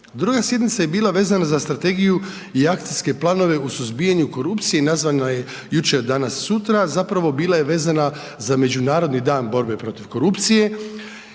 Druga sjednica je bila vezana za strategiju i akcijske planove u suzbijanju korupcije i nazvana je Jučer, danas, sutra, zapravo bila je vezana za Međunarodni dan borbe protiv korupcije.